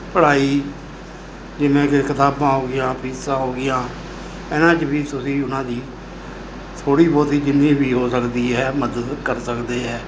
ਪੜਾਈ ਜਿਵੇਂ ਕਿ ਕਿਤਾਬਾਂ ਹੋਗੀਆਂ ਫੀਸਾਂ ਹੋਗੀਆਂ ਇਹਨਾਂ 'ਚ ਵੀ ਤੁਸੀਂ ਉਹਨਾਂ ਦੀ ਥੋੜ੍ਹੀ ਬਹੁਤੀ ਜਿੰਨੀ ਵੀ ਹੋ ਸਕਦੀ ਹੈ ਮਦਦ ਕਰ ਸਕਦੇ ਹੈ